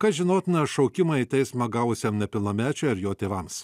kas žinotina šaukimą į teismą gavusiam nepilnamečiui ar jo tėvams